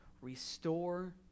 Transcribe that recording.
restore